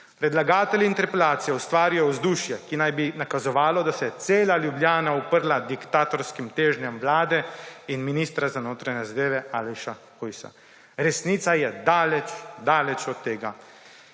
Predlagatelji interpelacije ustvarijo vzdušje, ki naj bi nakazovalo, da se je cela Ljubljana uprla diktatorskim težnjam Vlade in ministra za notranje zadeve Aleša Hojsa. Resnica je daleč od tega.